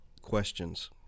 questions